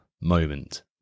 moment